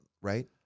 right